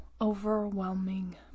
overwhelming